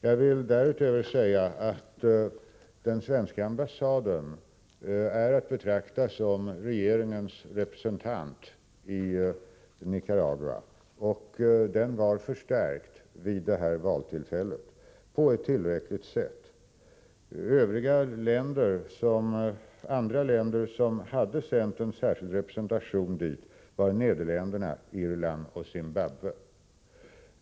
Jag vill därutöver säga att den svenska ambassaden är att betrakta som regeringens representant i Nicaragua och den var förstärkt vid valtillfället på ett tillräckligt sätt. Andra länder, som hade sänt en särskild representation dit, var Nederländerna, Irland och Zimbabwe.